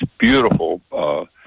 beautiful